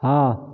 हँ